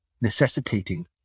necessitating